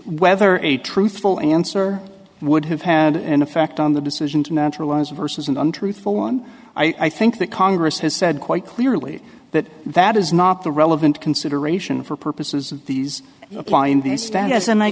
whether a truthful answer would have had an effect on the decision to naturalize versus an untruthful one i think that congress has said quite clearly that that is not the relevant consideration for purposes of these apply in their status and i